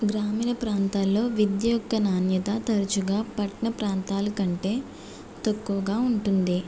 గ్రామీణ ప్రాంతాలలో విద్య యొక్క నాణ్యత తరచుగా పట్టణ ప్రాంతాలకంటే తక్కువగా ఉంటుంది